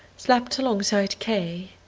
slept alongside quay.